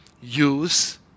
use